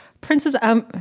Princess